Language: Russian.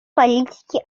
политики